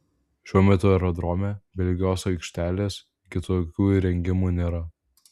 šiuo metu aerodrome be lygios aikštelės kitokių įrengimų nėra